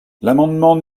l’amendement